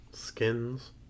Skins